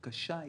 היא קשה,